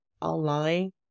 online